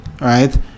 right